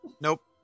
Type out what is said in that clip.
Nope